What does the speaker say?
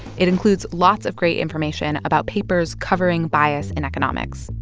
it includes lots of great information about papers covering bias in economics.